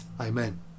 Amen